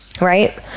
Right